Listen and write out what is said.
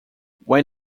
when